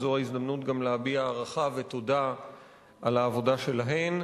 זאת ההזדמנות להביע הערכה ותודה על העבודה שלהן.